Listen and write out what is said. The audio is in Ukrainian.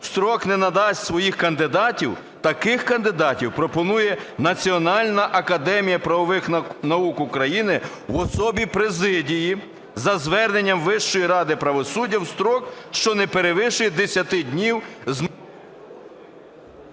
строк не надасть своїх кандидатів, таких кандидатів пропонує Національна академія правових наук України в особі Президії за зверненням Вищої ради правосуддя в строк, що не перевищує 10 днів..."